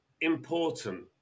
important